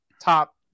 top